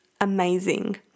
amazing